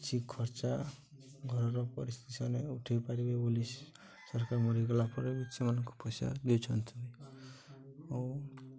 କିଛି ଖର୍ଚା ଘରର ପରିସ୍ଥିତି ଶନେ ଉଠେଇ ପାରିବେ ବୋଲି ସରକାର ମରିଗଲା ପରେ ବି ସେମାନଙ୍କୁ ପଇସା ଦଉଛନ୍ତି ଆଉ